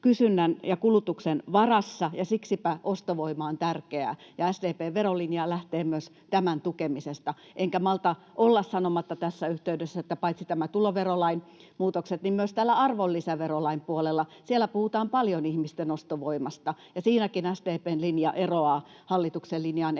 kysynnän ja kulutuksen varassa, ja siksipä ostovoima on tärkeää, ja SDP:n verolinja lähtee myös tämän tukemisesta. Enkä malta olla sanomatta tässä yhteydessä, että paitsi ovat nämä tuloverolain muutokset, niin myös täällä arvonlisäverolain puolella puhutaan paljon ihmisten ostovoimasta, ja siinäkin SDP:n linja eroaa hallituksen linjasta.